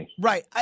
right